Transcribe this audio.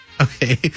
Okay